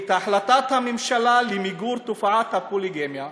את החלטת הממשלה למיגור תופעת הפוליגמיה.